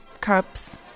cups